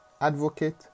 Advocate